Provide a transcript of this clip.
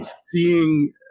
seeing